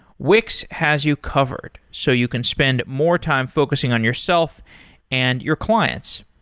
wix has you covered, so you can spend more time focusing on yourself and your clients.